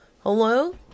Hello